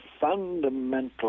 fundamental